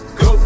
go